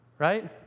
right